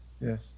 Yes